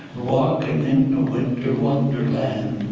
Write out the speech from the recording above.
walking in a winter wonderland